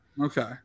Okay